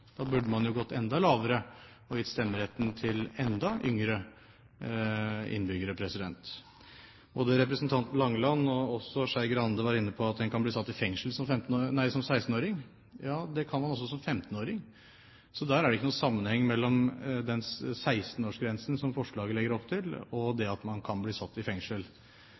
Da burde man jo gått enda lavere og gitt stemmeretten til enda yngre innbyggere. Både representanten Langeland og representanten Skei Grande var inne på at man kan bli satt i fengsel som 16-åring. Ja, men det kan man også som 15-åring, så det er ikke noen sammenheng mellom den 16-årsgrensen som forslaget legger opp til, og det at man kan bli satt i fengsel.